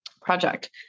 project